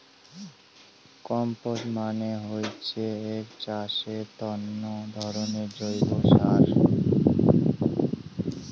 compost মানে হইসে আক চাষের তন্ন ধরণের জৈব সার